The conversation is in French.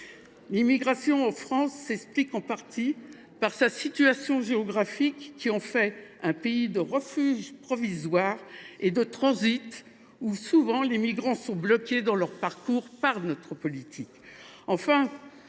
L’immigration en France s’explique en partie par sa situation géographique, qui en fait un pays de refuge provisoire et de transit, où souvent les migrants sont bloqués en raison de notre politique.